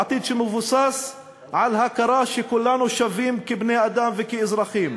עתיד שמבוסס על ההכרה שכולנו שווים כבני-אדם וכאזרחים,